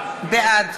בעד